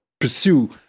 pursue